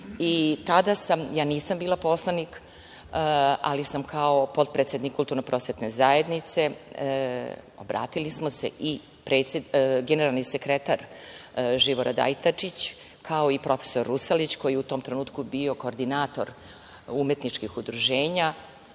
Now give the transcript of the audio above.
Tada sam, ja nisam bila poslanik, ali samo kao potpredsednik Kulturno prosvetne zajednice, obratili smo se, i generalni sekretar Živorad Ajdačić, kao i profesor Rusalić, koji u tom trenutku bio koordinator umetničkih udruženja,